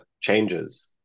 changes